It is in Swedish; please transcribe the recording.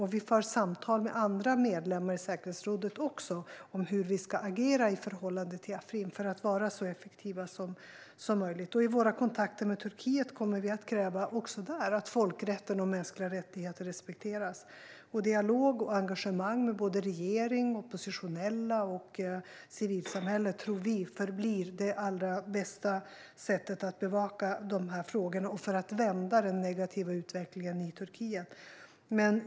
Vi för också samtal med andra medlemmar i säkerhetsrådet om hur vi ska agera i förhållande till Afrin för att vara så effektiva så möjligt. Även i våra kontakter med Turkiet kommer vi att kräva att folkrätten och mänskliga rättigheter respekteras. Dialog och engagemang med såväl regering som oppositionella och civilsamhälle tror vi förblir det allra bästa sättet att bevaka dessa frågor och att vända den negativa utvecklingen i Turkiet.